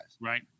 Right